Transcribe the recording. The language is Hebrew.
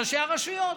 ראשי הרשויות: